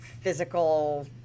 physical